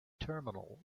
terminal